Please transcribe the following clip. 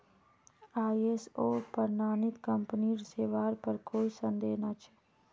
ISO प्रमाणित कंपनीर सेवार पर कोई संदेह नइ छ